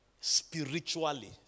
spiritually